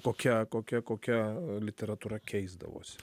kokia kokia kokia literatūra keisdavosi